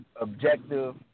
objective